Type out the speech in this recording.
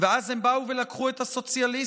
ואז הם באו ולקחו את הסוציאליסטים,